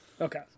Okay